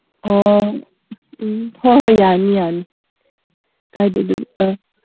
ꯑꯣ ꯎꯝ ꯍꯣꯏ ꯍꯣꯏ ꯌꯥꯅꯤ ꯌꯥꯅꯤ ꯀꯥꯏꯗꯦ ꯑꯗꯨ ꯑꯥ